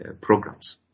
Programs